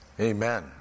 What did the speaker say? Amen